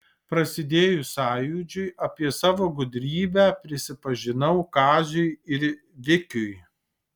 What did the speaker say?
prasidėjus sąjūdžiui apie savo gudrybę prisipažinau kaziui ir vikiui